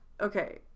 okay